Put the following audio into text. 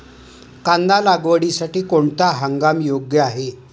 कांदा लागवडीसाठी कोणता हंगाम योग्य आहे?